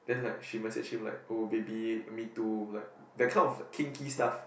then like she message him like oh baby me too like that kind of kinky stuff